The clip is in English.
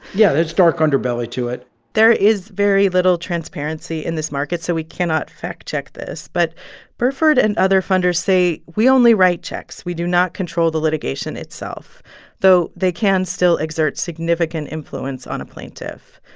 yeah, there's dark underbelly to it there is very little transparency in this market, so we cannot fact-check this. but burford and other funders say we only write checks, we do not control the litigation itself though they can still exert significant influence on a plaintiff.